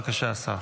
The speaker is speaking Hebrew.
בבקשה, השר.